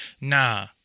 Nah